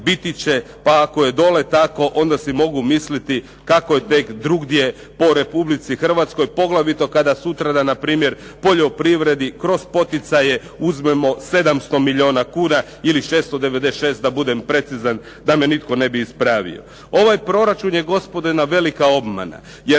Pa ako je dole tako onda si mogu misliti kako je tek drugdje po Republici Hrvatskoj poglavito kada sutra dan na primjer poljoprivredi kroz poticaje uzmemo 700 milijuna kuna ili 696 da budem precizan da me nitko ne bi ispravio. Ovaj proračun je gospodo jedna velika obmana jer